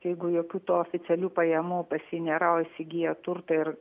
jeigu jokių to oficialių pajamų pas jį nėra o įsigyja turtą ir